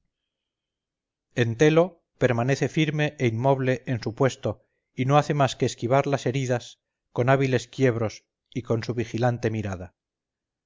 entelo permanece firme e inmoble en su puesto y no hace más que esquivar las heridas con hábiles quiebros y con su vigilante mirada